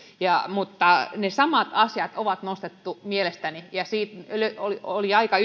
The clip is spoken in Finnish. mutta mielestäni ne samat asiat on nostettu esille ja oli oli aika